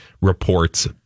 reports